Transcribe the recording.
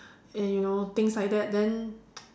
and you know things like that then